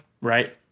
right